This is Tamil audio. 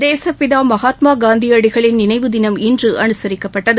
தேசப்பிதா மகாத்மா காந்தியடிகளின் நினைவு தினம் இன்று அனுசரிக்கப்பட்டது